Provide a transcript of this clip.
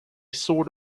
sort